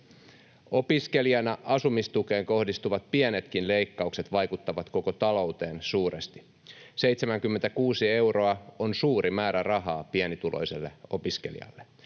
”Opiskelijana asumistukeen kohdistuvat pienetkin leikkaukset vaikuttavat koko talouteen suuresti. 76 euroa on suuri määrä rahaa pienituloiselle opiskelijalle.